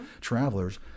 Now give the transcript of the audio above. travelers